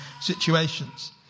situations